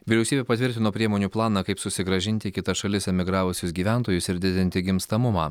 vyriausybė patvirtino priemonių planą kaip susigrąžinti į kitas šalis emigravusius gyventojus ir didinti gimstamumą